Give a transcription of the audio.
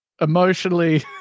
emotionally